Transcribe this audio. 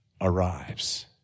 arrives